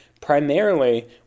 primarily